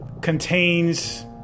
contains